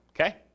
Okay